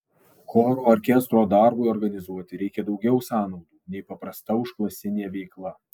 choro orkestro darbui organizuoti reikia daugiau sąnaudų nei paprasta užklasinė veikla